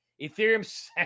Ethereum